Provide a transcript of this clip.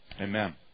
Amen